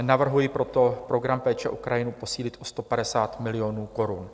Navrhuji proto program Péče o krajinu posílit o 150 milionů korun.